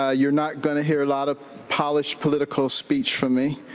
ah you're not going to hear a lot of polished political speech from me,